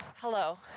hello